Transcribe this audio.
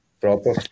proper